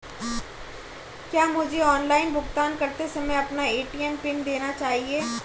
क्या मुझे ऑनलाइन भुगतान करते समय अपना ए.टी.एम पिन देना चाहिए?